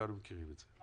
כולנו מכירים את זה,